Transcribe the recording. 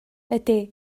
ydy